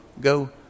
go